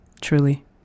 truly